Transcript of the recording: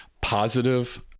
Positive